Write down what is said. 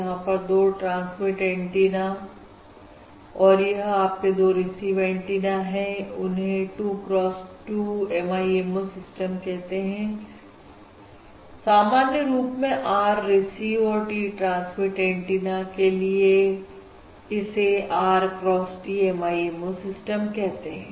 यहां पर दो ट्रांसमिट एंटीना और यह आपके दो रिसीव एंटीना है और इन्हें 2 cross 2 MIMO सिस्टम कहते हैं सामान्य रूप में R रिसीव और T ट्रांसमिट एंटीना के लिए इसे R cross T MIMO system कहते हैं